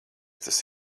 tas